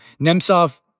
Nemtsov